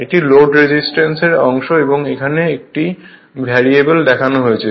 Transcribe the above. এটি load resistance এর অংশ এবং এখানে এটি ভ্যারিয়েবল দেখানো হয়েছে